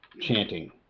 chanting